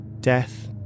Death